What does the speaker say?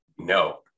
No